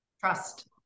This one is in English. Trust